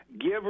Give